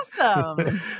awesome